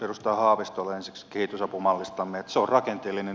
edustaja haavistolle ensiksi kehitysapumallistamme